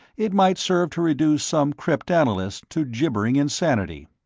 it might serve to reduce some cryptanalyst to gibbering insanity.